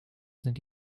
sind